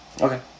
Okay